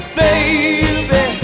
baby